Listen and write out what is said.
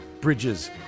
Bridges